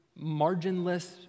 marginless